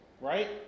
Right